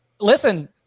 Listen